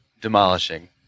demolishing